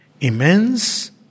Immense